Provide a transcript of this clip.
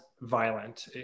violent